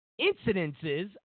incidences